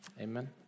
amen